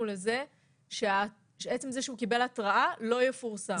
לזה שעצם זה שהוא קיבל התראה לא יפורסם.